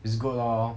it's good lor